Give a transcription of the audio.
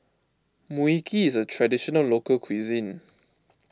Mui Kee is a Traditional Local Cuisine